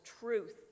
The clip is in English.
truth